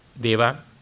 Deva